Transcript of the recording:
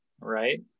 right